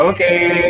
Okay